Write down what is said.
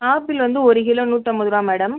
apple வந்து ஒரு kilo நூற்றைம்பது ரூபா மேடம்